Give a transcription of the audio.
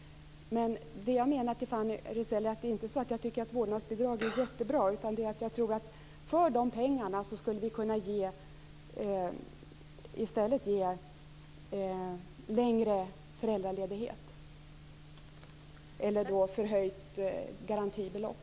Det är inte så att jag tycker att vårdnadsbidrag är jättebra. Jag tror att vi för de pengarna i stället skulle kunna ge längre föräldraledighet eller få höjt garantibelopp.